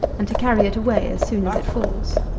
and to carry it away as soon as it falls.